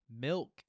Milk